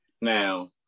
Now